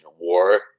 war